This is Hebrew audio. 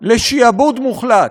לשעבוד מוחלט.